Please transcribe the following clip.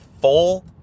full